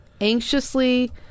anxiously